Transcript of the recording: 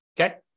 okay